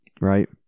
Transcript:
Right